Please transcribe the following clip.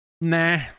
nah